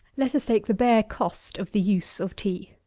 let us take the bare cost of the use of tea.